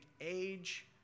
age